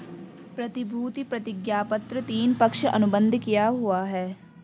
प्रतिभूति प्रतिज्ञापत्र तीन, पक्ष अनुबंध किया हुवा होता है